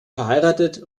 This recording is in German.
verheiratet